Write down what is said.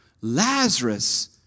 Lazarus